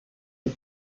die